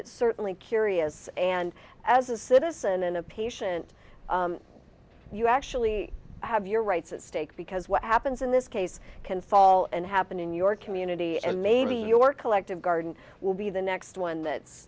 it's certainly curious and as a citizen and a patient you actually have your rights at stake because what happens in this case can fall and happen in your community and maybe your collective garden will be the next one that's